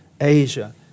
Asia